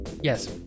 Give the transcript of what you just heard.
Yes